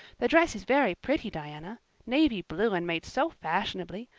the dress is very pretty, diana navy blue and made so fashionably.